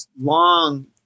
long